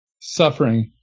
suffering